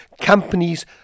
companies